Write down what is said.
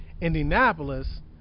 Indianapolis